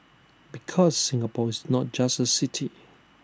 because Singapore is not just A city